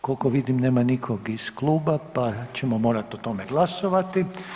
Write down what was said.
Koliko vidim nema nikoga iz kluba pa ćemo morati o tome glasovati.